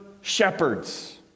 shepherds